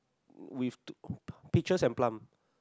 with two peaches and plum